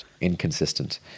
Inconsistent